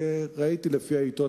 וראיתי לפי העיתון,